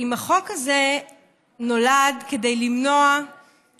אם החוק הזה נולד כדי למנוע שחיתויות,